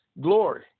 Glory